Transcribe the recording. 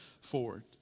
forward